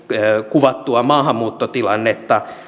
kuvattua maahanmuuttotilannetta